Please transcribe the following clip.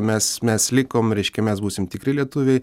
mes mes likom reiškia mes būsim tikri lietuviai